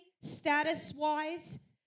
status-wise